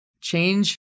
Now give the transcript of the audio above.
Change